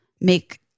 make